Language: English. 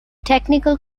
technical